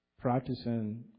practicing